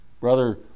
brother